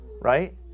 right